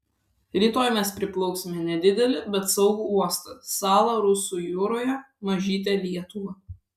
rytoj mes priplauksime nedidelį bet saugų uostą salą rusų jūroje mažytę lietuvą